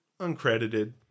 Uncredited